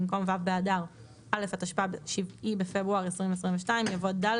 במקום "ו' באדר א' התשפ"ב (7 בפברואר 2022)" יבוא "ד'